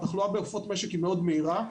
התחלואה בעופות משק היא מאוד מהירה.